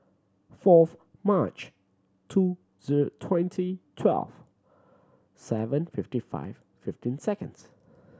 fourth March two twenty twelve seven fifty five fifteen seconds